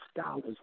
scholars